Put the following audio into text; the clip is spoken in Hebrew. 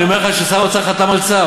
אני אומר לך ששר האוצר חתם על צו,